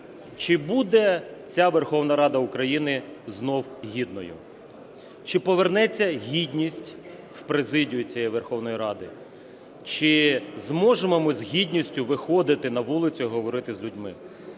чи буде ця Верховна Рада України знову гідною, чи повернеться гідність у президію цієї Верховної Ради, чи зможемо ми з гідністю виходити на вулицю і говорити з людьми.